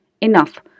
enough